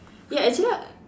ya actually I